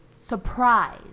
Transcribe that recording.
surprise